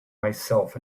myself